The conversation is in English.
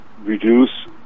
reduce